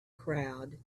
crowd